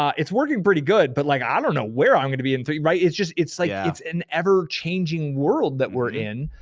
it's working pretty good, but like i don't know where i'm gonna be in three, right? it's just, it's like yeah it's an ever-changing world that we're in,